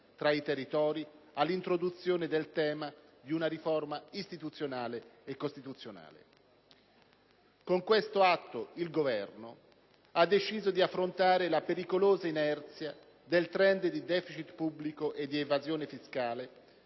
tra i territori all'introduzione del tema di una riforma istituzionale e costituzionale. Con questo atto il Governo ha deciso di affrontare la pericolosa inerzia del *trend* del deficit pubblico e dell'evasione fiscale,